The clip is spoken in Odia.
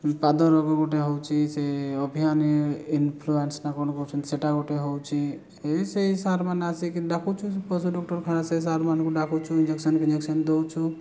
ପାଦ ରୋଗ ଗୋଟେ ହେଉଛି ସେ ଇନ୍ଫଲୁଏନ୍ସ ନା କ'ଣ କହୁଛନ୍ତି ସେଇଟା ଗୋଟେ ହେଉଛି ସେହି ସେହି ସାର୍ମାନେ ଆସିକି ଡାକୁଛନ୍ତି ସେହି ପଶୁ ଡାକ୍ଟରଖାନାର ସାର୍ମାନଙ୍କୁ ଡାକୁଛୁ ଇଂଜେକ୍ସନ୍ ଫିନ୍ଜେକ୍ସନ୍ ଦେଉଛୁ